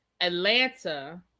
Atlanta